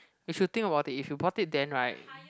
you should think about that if you bought it then right